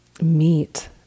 meet